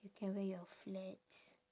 you can wear your flats